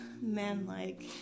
Manlike